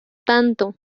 tanto